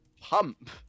Pump